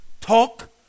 talk